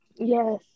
Yes